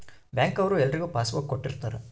bank ಅವ್ರು ಎಲ್ರಿಗೂ passbook ಕೊಟ್ಟಿರ್ತರ